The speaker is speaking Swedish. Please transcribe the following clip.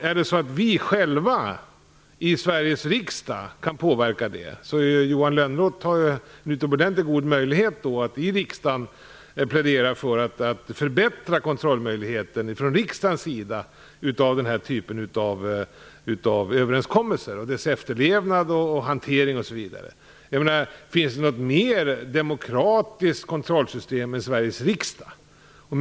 Är det så att vi själva i Sveriges riksdag kan påverka det, har Johan Lönnroth en utomordentligt god möjlighet att i riksdagen plädera för att förbättra möjligheten till kontroll av den här typen av överenskommelser, deras efterlevnad osv. Finns det något mer demokratiskt kontrollsystem än Sveriges riksdag?